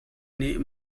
nih